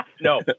No